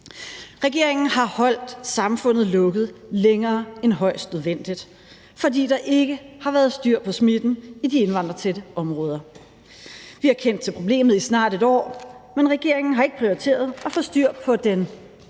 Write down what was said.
Regeringen har holdt samfundet lukket længere end højst nødvendigt, fordi der ikke har været styr på smitten i de indvandrertætte områder. Vi har kendt til problemet i snart et år, men regeringen har ikke prioriteret at få styr på den